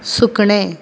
सुकणें